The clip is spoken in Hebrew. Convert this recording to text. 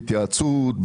בהתייעצות,